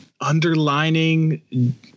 underlining